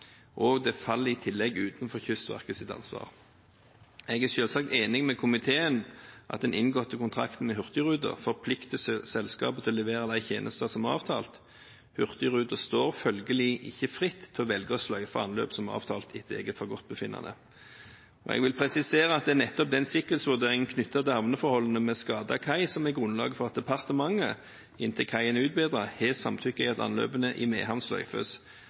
gjort. Det faller i tillegg utenfor Kystverkets ansvar. Jeg er selvsagt enig med komiteen i at den inngåtte kontrakten med Hurtigruten forplikter selskapet til å levere de tjenester som er avtalt. Hurtigruten står følgelig ikke fritt til å velge å sløyfe anløp som er avtalt, etter eget forgodtbefinnende. Jeg vil presisere at det er nettopp den sikkerhetsvurderingen som er knyttet til havneforholdene med skadet kai, som er grunnlaget for at departementet, inntil kaien er utbedret, har samtykket i at anløpene i